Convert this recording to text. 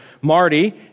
Marty